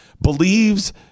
believes